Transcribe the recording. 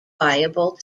viable